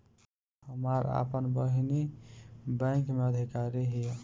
हमार आपन बहिनीई बैक में अधिकारी हिअ